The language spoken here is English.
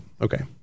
okay